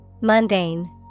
Mundane